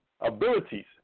Abilities